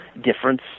difference